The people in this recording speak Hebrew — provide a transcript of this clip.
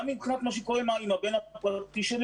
גם לגבי מה שקורה עם הבן הפרטי שלי